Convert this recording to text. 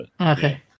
Okay